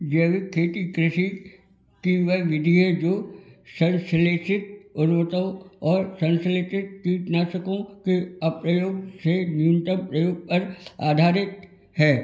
जैविक खेती कृषि की वह विधि है जो संश्लेषित और मतलब और संश्लेषित कीटनाशकों के अप्रयोग से न्यूनतम प्रयोग पर आधारित है